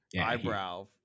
eyebrow